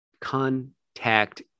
contact